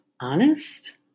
honest